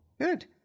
Good